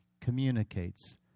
communicates